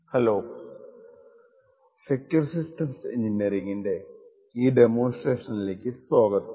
hello secure systems എൻജിനീയറിങ്ങിന്റെ ഈ ഡെമോൺസ്ട്രേഷനിലേക്കു സ്വാഗതം